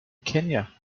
kenya